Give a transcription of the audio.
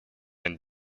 and